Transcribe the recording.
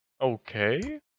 Okay